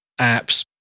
apps